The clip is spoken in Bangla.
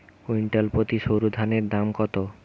কুইন্টাল প্রতি সরুধানের দাম কত?